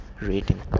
rating